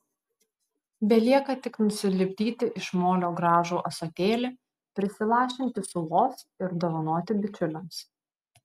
belieka tik nusilipdyti iš molio gražų ąsotėlį prisilašinti sulos ir dovanoti bičiuliams